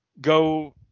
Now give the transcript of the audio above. go